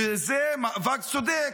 וזה מאבק צודק,